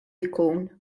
jkun